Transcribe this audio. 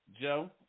Joe